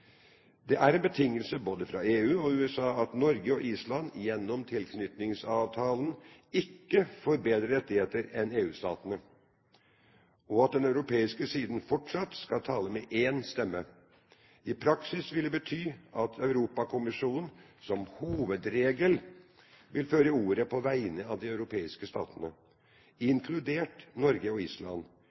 Det er en betingelse både fra EU og USA at Norge og Island gjennom tilknytningsavtalen ikke får bedre rettigheter enn EU-statene, og at den europeiske siden fortsatt skal «tale med én stemme». I praksis vil det bety at Europakommisjonen som hovedregel vil føre ordet på vegne av de europeiske statene, inkludert Norge og Island,